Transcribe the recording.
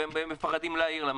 ומפחדים להעיר להם.